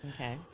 Okay